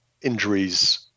injuries